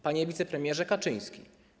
Panie Wicepremierze Kaczyński!